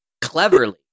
cleverly